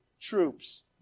troops